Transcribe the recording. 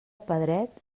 pedret